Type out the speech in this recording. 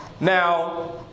now